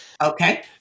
Okay